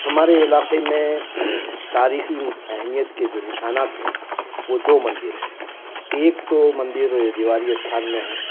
ہمارے علاقے میں تاریخی اہمیت کے جو نشانات ہیں وہ دو مندر ہیں ایک تو مندر دیواری استھان میں ہیں